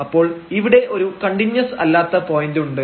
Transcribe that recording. അപ്പോൾ ഇവിടെ ഒരു കണ്ടിന്യൂസ് അല്ലാത്ത പോയന്റ് ഉണ്ട്